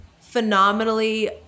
phenomenally